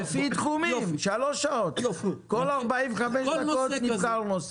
לפי תחומים, שלוש שעות, כל 45 דקות נבחר נושא.